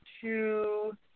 two